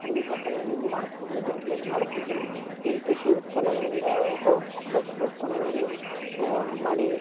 ಹಂದಿ ಸಾಕಣೆಯೂ ಮಾಡ್ಬೋ ಇದರಲ್ಲಿ ಮಾಡ್ಬಹುದು ಈ ಕೃಷಿ ಉತ್ಪನ್ನಗಳಿಂದ ಉಪ ಉತ್ಪ್ ಉತ್ಪ್ ಉತ್ಪನ್ನಗಳನ್ನು ಮಾಡಿ